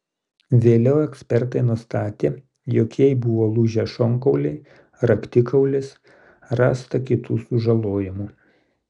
vėliau ekspertai nustatė jog jai buvo lūžę šonkauliai raktikaulis rasta kitų sužalojimų